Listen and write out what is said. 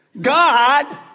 God